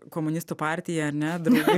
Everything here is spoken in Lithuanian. komunistų partija ar ne draugai